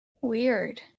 Weird